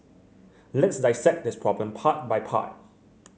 let's dissect this problem part by part